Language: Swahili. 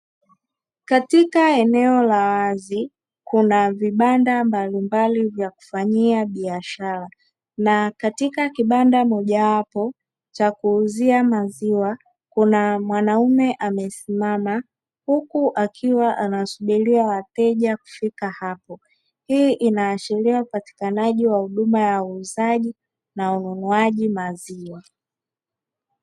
Katika eneo la wazi kuna vibanda mbalimbali vya kufanyia biashara, na katika kibanda kimoja wapo cha kuuzia maziwa kuna mwanaume amesimama huku akiwa anasubiria wateja kufika hapo. Hii inaashiria upatikanaji wa huduma ya uuzaji na ununuaji maziwa.